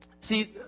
See